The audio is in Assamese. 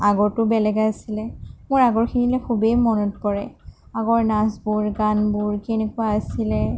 আগৰটো বেলেগ আছিলে মোৰ আগৰখিনিলৈ খুবেই মনত পৰে আগৰ নাচবোৰ গানবোৰ কেনেকুৱা আছিলে